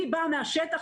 אני באה מהשטח,